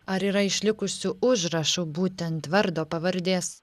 ar yra išlikusių užrašų būtent vardo pavardės